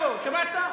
עפו, שמעת?